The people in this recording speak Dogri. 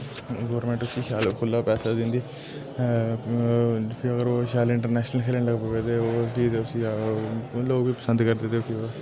गोरमेंट उस्सी शैल खुल्ला पैसा दिंदी ऐ फिर अगर ओह् शैल इंटरनेशनल खेलन लगी पवे ते फिर ते उस्सी लोग पसंद करदे